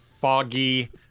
foggy